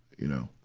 you know.